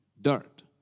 Dirt